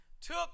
took